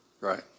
Right